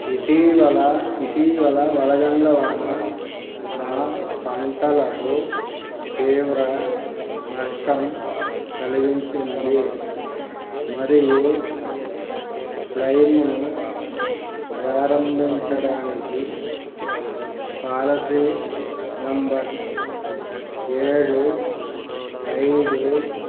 ఇటీవల ఇటీవల వడగండ్ల వాన నా పంటలకు తీవ్ర నష్టం కలిగించింది మరియు క్లైయిమ్ను ప్రారంభించడానికి పాలసీ నెంబర్ ఏడు ఐదు